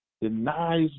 denies